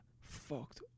fucked